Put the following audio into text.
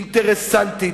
אינטרסנטית,